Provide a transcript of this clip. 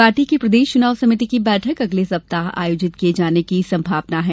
party की प्रदेश चुनाव समिति की बैठक अगले सप्ताह आयोजित किये जाने की संभावना है